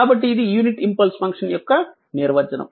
కాబట్టి ఇది unit impulse function యొక్క నిర్వచనం